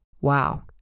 Wow